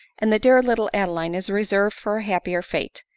and the dear little adeline is reserved for a happier fate.